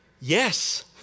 yes